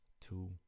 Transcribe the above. two